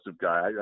guy